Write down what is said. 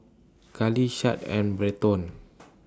Carlee Shad and Berton